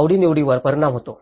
आवडीनिवडींवर परिणाम होतो